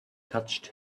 touched